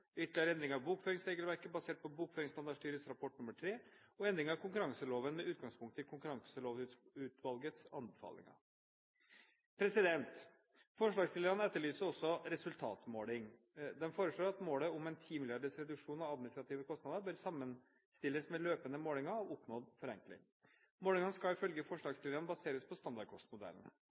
ytterligere endringer i bokføringsregelverket, basert på Bokføringsstandardstyrets rapport nr. 3, og endringer i konkurranseloven, med utgangspunkt i Konkurranselovutvalgets anbefalinger. Forslagsstillerne etterlyser også resultatmåling. De foreslår at målet om 10 mrd. kr reduksjon av administrative kostnader bør sammenstilles med løpende målinger av oppnådd forenkling. Målingene skal ifølge forslagsstillerne baseres på standardkostmodellen.